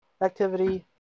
activity